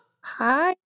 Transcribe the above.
Hi